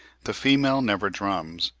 the female never drums,